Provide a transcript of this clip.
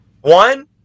One